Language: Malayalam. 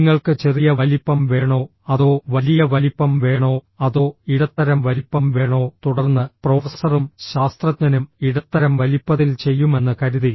നിങ്ങൾക്ക് ചെറിയ വലിപ്പം വേണോ അതോ വലിയ വലിപ്പം വേണോ അതോ ഇടത്തരം വലിപ്പം വേണോ തുടർന്ന് പ്രൊഫസറും ശാസ്ത്രജ്ഞനും ഇടത്തരം വലിപ്പതിൽ ചെയ്യുമെന്ന് കരുതി